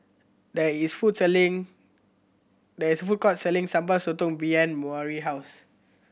there is food selling there is a food court selling Sambal Sotong behind Maury house